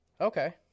Okay